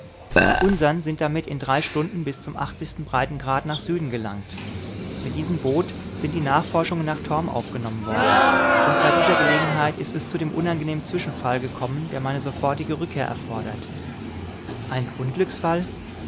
die unsern sind damit in drei stunden bis zum breiten grad nach süden gelangt mit diesem boot sind die nachforschungen nach torm aufgenommen worden und bei dieser gelegenheit ist es zu dem unangenehmen zwischenfall gekommen der meine sofortige rückkehr erfordert ein unglücksfall